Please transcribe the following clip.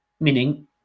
meaning